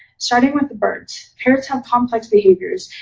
starting with the birds. parrots have complex behaviors,